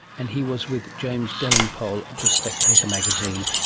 and he was with james delingpole of the spectator magazine.